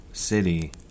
City